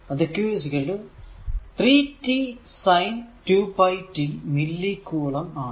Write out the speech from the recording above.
അത് q 3tsin 2t മില്ലി കുളം ആണ്